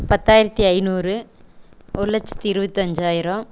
பத்தாயிரத்தி ஐநூறு ஒரு லட்சத்தி இருபத்தஞ்சாயிரம்